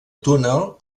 túnel